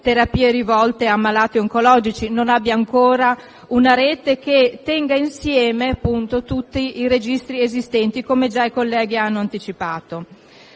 terapie rivolte a malati oncologici, non abbia ancora una Rete che tenga insieme tutti i registri esistenti, come già i colleghi hanno anticipato.